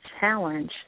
challenge